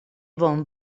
bon